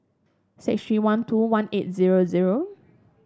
six three one two one eight zero zero